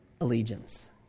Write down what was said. allegiance